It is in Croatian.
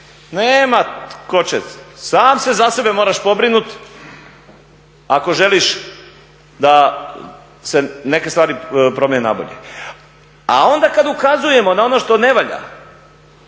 Nema tko će, sam se za sebe moraš pobrinuti, ako želiš da se neke stvari promijene na bolje. A onda kada ukazujemo na ono što ne valja,